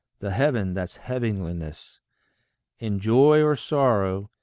the heaven that's heavenliest in joy or sorrow,